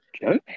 Joe